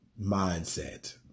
Mindset